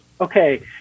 okay